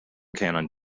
cannon